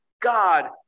God